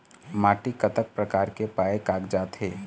माटी कतक प्रकार के पाये कागजात हे?